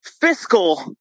fiscal